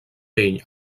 pell